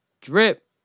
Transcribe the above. Drip